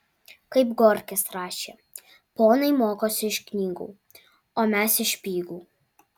kaip gorkis rašė ponai mokosi iš knygų o mes iš špygų